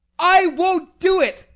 i won't do it!